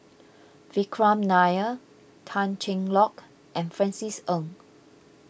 Vikram Nair Tan Cheng Lock and Francis Ng